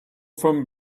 from